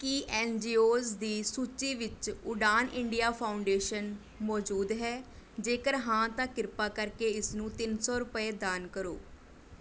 ਕੀ N G Os ਦੀ ਸੂਚੀ ਵਿੱਚ ਉਡਾਨ ਇੰਡੀਆ ਫਾਊਂਡੇਸ਼ਨ ਮੌਜੂਦ ਹੈ ਜੇਕਰ ਹਾਂ ਤਾਂ ਕਿਰਪਾ ਕਰਕੇ ਇਸਨੂੰ ਤਿੰਨ ਸੌ ਰੁਪਏ ਦਾਨ ਕਰੋ